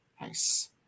Nice